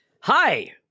hi